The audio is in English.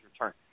return